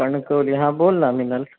कणकवली हा बोल ना मीनल